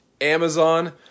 Amazon